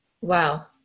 Wow